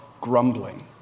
grumbling